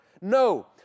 No